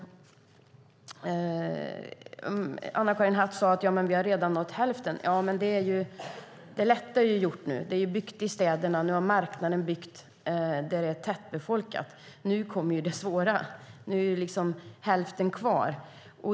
Anna-Karin Hatt sade att vi redan har nått hälften. Det lätta är ju gjort nu. Det är byggt i städerna. Marknaden har byggt där det är tättbefolkat. Nu kommer det svåra. Det är hälften kvar.